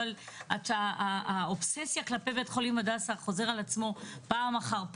אבל האובססיה כלפי בית החולים הדסה חוזרת על עצמה פעם אחר פעם,